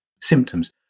symptoms